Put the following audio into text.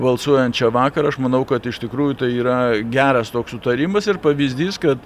balsuojant čia vakar aš manau kad iš tikrųjų tai yra geras toks sutarimas ir pavyzdys kad